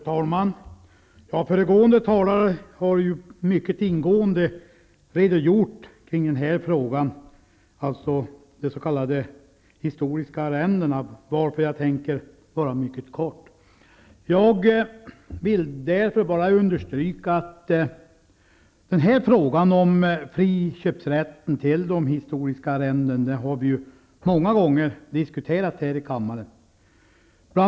Herr talman! Föregående talare redogjorde mycket ingående för frågan om de historiska arrendena, varför jag tänker fatta mig mycket kort. Jag vill understryka att frågan om friköpsrätten till historiska arrenden har diskuterats många gånger här i kammaren.